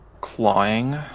Clawing